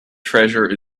treasure